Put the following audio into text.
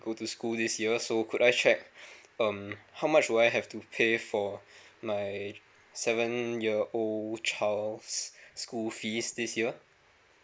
go to school this year so could I check um how much do I have to pay for my seven year old child's school fees this year